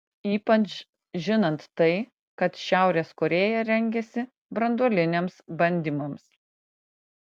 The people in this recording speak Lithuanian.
ypač žinant tai kad šiaurės korėja rengiasi branduoliniams bandymams